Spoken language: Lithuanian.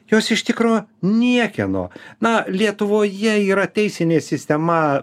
jos iš tikro niekieno na lietuvoje yra teisinė sistema